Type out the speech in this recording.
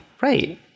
Right